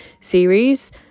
series